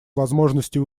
возможностей